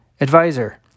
advisor